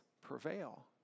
prevail